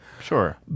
Sure